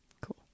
cool